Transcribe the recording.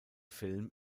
film